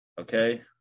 Okay